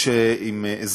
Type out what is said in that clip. לוועדת